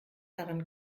dran